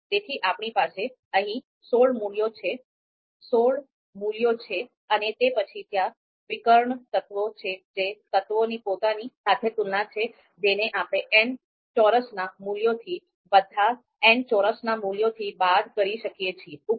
તેથી આપણી પાસે અહીં સોળ મૂલ્યો છે અને તે પછી ત્યાં વિકર્ણ તત્વો છે જે તત્વોની પોતાની સાથે તુલના છે જેને આપણે n ચોરસના મૂલ્યથી બાદ કરી શકીએ છીએ